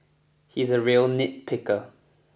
he is a real nitpicker